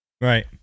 Right